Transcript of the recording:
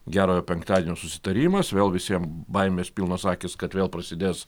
gerojo penktadienio susitarimas vėl visiem baimės pilnos akys kad vėl prasidės